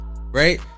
Right